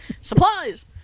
Supplies